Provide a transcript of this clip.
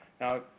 Now